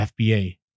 FBA